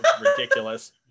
ridiculous